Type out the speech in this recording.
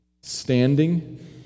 standing